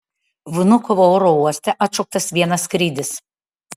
vnukovo oro uoste atšauktas vienas skrydis